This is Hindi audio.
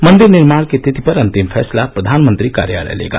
मंदिर निर्माण की तिथि पर अंतिम फैसला प्रधानमंत्री कार्यालय लेगा